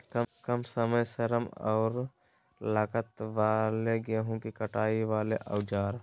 काम समय श्रम एवं लागत वाले गेहूं के कटाई वाले औजार?